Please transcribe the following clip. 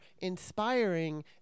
inspiring